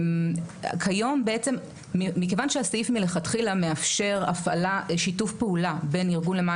כיום בעצם מכיוון שהסעיף מלכתחילה מאשר שיתוף פעולה בין ארגונים למען